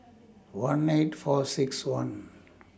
one eight four six one